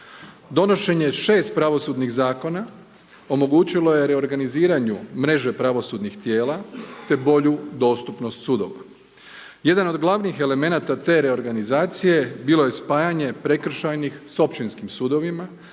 Donošenje 6 pravosudnih zakona omogućilo je reorganiziranju mreže pravosudnih tijela te bolju dostupnost sudova. Jedan od glavnih elemenata te reorganizacije bilo je spajanje prekršajnih s općinskim sudovima,